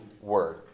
word